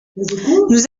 nous